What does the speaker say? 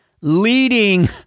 leading